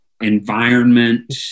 environment